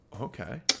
Okay